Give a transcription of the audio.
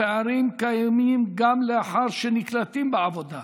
הפערים קיימים גם לאחר שנקלטים בעבודה.